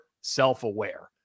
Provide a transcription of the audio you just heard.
self-aware